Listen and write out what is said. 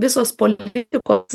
visos politikos